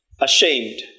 ashamed